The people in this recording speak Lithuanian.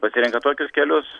pasirenka tokius kelius